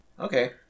okay